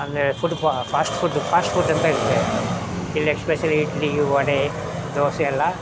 ಅಂದರೆ food fast food fast food ಅಂತ ಇರುತ್ತೆ ಇಲ್ಲಿ ಎಸ್ಪೆಷಲಿ ಇಡ್ಲಿ ವಡೆ ದೋಸೆ ಎಲ್ಲ